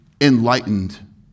enlightened